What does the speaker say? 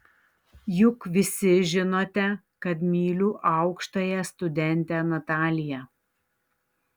juk visi žinote kad myliu aukštąją studentę nataliją